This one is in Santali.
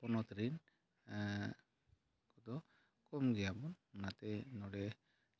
ᱯᱚᱱᱚᱛ ᱨᱮᱱ ᱩᱱᱠᱩ ᱫᱚ ᱠᱚᱢ ᱜᱮᱭᱟ ᱵᱚᱱ ᱚᱱᱟᱛᱮ ᱱᱚᱸᱰᱮ